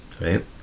right